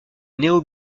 néo